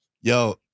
Yo